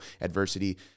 adversity